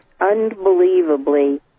unbelievably